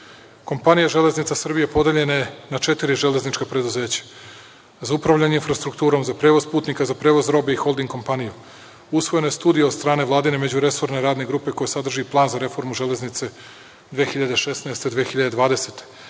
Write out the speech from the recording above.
privrede. Kompanija „Železnica Srbije“ podeljena je na četiri železnička preduzeća: za upravljanje infrastrukturom, za prevoz putnika, za prevoz robe i holding kompaniju. Usvojena je studija od strane vladine međuresorne radne grupa, koja sadrži i plan za reformu Železnice 2016-2020.